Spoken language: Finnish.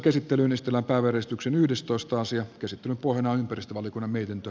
käsittelyn pohjana on ympäristövaliokunnan mietintö